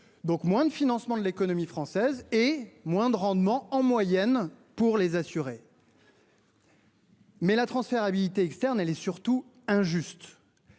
Donc moins de financement de l'économie française et moins de rendement en moyenne pour les assurés. Mais la transférabilité externe, elle est surtout injuste.